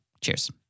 Cheers